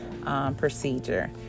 procedure